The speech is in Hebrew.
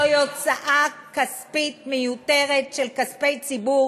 זוהי הוצאה כספית מיותרת של כספי ציבור